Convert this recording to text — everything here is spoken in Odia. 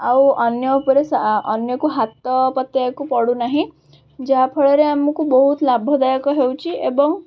ଆଉ ଅନ୍ୟଉପରେ ଅନ୍ୟକୁ ହାତ ପତାଇବାକୁ ପଡ଼ୁନାହିଁ ଯାହାଫଳରେ ଆମକୁ ବହୁତ ଲାଭଦାୟକ ହେଉଛି ଏବଂ